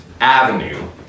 avenue